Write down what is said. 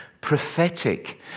prophetic